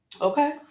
Okay